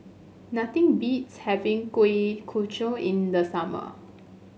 nothing beats having Kuih Kochi in the summer